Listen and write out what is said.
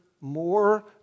more